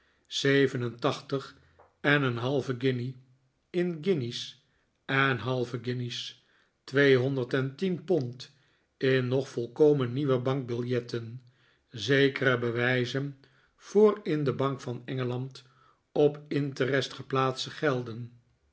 zeven en tachtig en een halve guinje in guinjes en halve guinjes tweehonderd en tien pond in nog volkomen nieuwe bankbiljetten zekere bewijzen voor in de bank van engeland op interest geplaatste geldenj